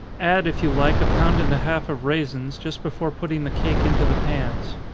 add if you like a pound and a half of raisins, just before putting the cake into the pans.